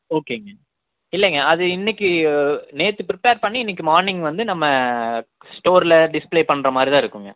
ஓகேங்க இல்லைங்க அது இன்னிக்கு நேற்று ப்ரிப்பேர் பண்ணி இன்னிக்கு மார்னிங் வந்து நம்ம ஸ்டோரில் டிஸ்ப்ளே பண்ணுற மாதிரி தான் இருக்குங்க